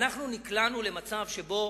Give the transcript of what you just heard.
אנחנו נקלענו למצב שבו